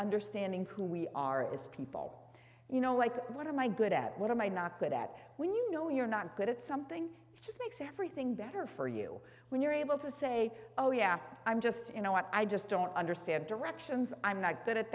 understanding who we are as people you know like one of my good at what am i not good at when you know you're not good at something just makes everything better for you when you're able to say oh yeah i'm just you know what i just don't understand directions i'm not good at